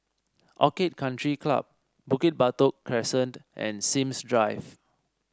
Orchid Country Club Bukit Batok Crescent and Sims Drive